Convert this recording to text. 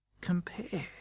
compare